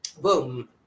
boom